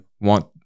want